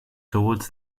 towards